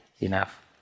enough